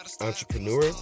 Entrepreneur